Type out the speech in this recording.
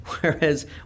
whereas